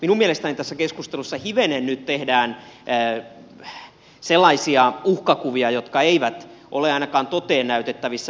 minun mielestäni tässä keskustelussa hivenen nyt tehdään sellaisia uhkakuvia jotka eivät ole ainakaan toteen näytettävissä